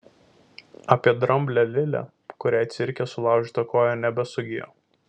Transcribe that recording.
apie dramblę lilę kuriai cirke sulaužyta koja nebesugijo